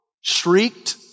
shrieked